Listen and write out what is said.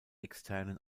externen